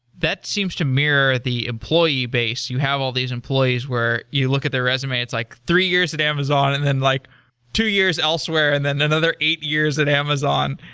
that seems to mirror the employee base. you have all these employees where you look at their resume, it's like, three years of amazon, and then like two years elsewhere, and then another eight years at amazon.